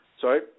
Sorry